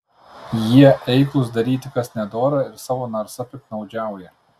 jie eiklūs daryti kas nedora ir savo narsa piktnaudžiauja